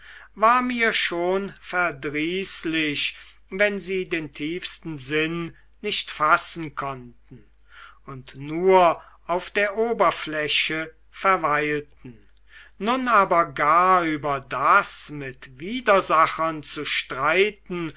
war mir schon verdrießlich wenn sie den tiefsten sinn nicht fassen konnten und nur auf der oberfläche verweilten nun aber gar über das mit widersachern zu streiten